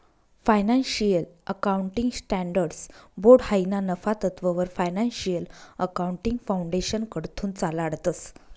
financial accounting standards board हायी ना नफा तत्ववर फायनान्शियल अकाउंटिंग फाउंडेशनकडथून चालाडतंस